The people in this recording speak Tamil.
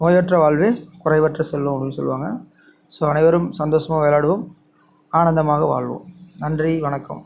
நோயற்ற வாழ்வே குறைவற்ற செல்வம் அப்படின்னு சொல்லுவாங்க ஸோ அனைவரும் சந்தோஷமா விளையாடுவோம் ஆனந்தமாக வாழ்வோம் நன்றி வணக்கம்